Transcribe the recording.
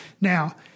now